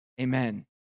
amen